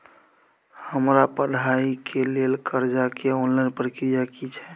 हमरा पढ़ाई के लेल कर्जा के ऑनलाइन प्रक्रिया की छै?